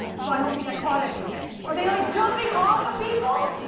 so i don't think i caught anything. are they, like, jumping off of people?